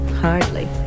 Hardly